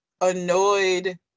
annoyed